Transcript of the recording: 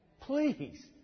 Please